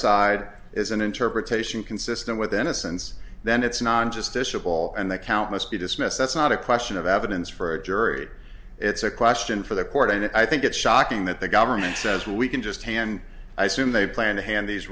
side is an interpretation consistent with innocence then it's not just a simple and the count must be dismissed that's not a question of evidence for a jury it's a question for the court and i think it's shocking that the government says we can just hand i soon they plan to hand these